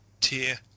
tier